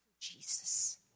Jesus